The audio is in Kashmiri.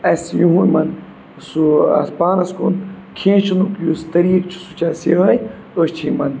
اَسہِ یُہ یِمَن سُہ اَتھ پانَس کُن کھینٛچنُک یُس طٔریٖقہٕ چھُ سُہ چھُ اَسہِ یِہوٚے أسۍ چھِ یِمن